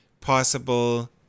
possible